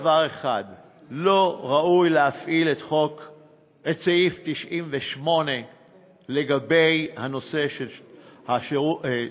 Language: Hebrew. דבר אחד: לא ראוי להפעיל את סעיף 98 בנושא של שירות,